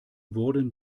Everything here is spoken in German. wurden